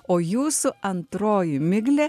o jūsų antroji miglė